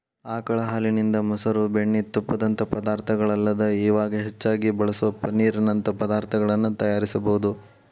ಆಕಳ ಹಾಲಿನಿಂದ, ಮೊಸರು, ಬೆಣ್ಣಿ, ತುಪ್ಪದಂತ ಪದಾರ್ಥಗಳಲ್ಲದ ಇವಾಗ್ ಹೆಚ್ಚಾಗಿ ಬಳಸೋ ಪನ್ನೇರ್ ನಂತ ಪದಾರ್ತಗಳನ್ನ ತಯಾರಿಸಬೋದು